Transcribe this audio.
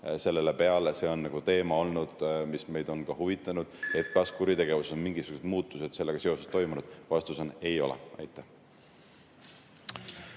sellele peale. See on olnud teema, mis meid on ka huvitanud, et kas kuritegevuses on mingisugused muutused sellega seoses toimunud. Vastus on: ei ole. Aitäh!